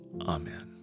Amen